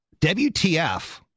WTF